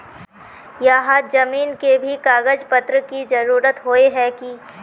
यहात जमीन के भी कागज पत्र की जरूरत होय है की?